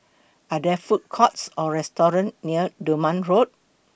Are There Food Courts Or restaurants near Dunman Road